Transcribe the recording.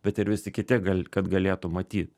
bet ir visi kiti gal kad galėtų matyt